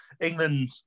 England